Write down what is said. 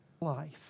life